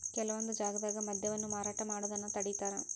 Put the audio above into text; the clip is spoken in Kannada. ಕೆಲವೊಂದ್ ಜಾಗ್ದಾಗ ಮದ್ಯವನ್ನ ಮಾರಾಟ ಮಾಡೋದನ್ನ ತಡೇತಾರ